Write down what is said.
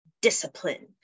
discipline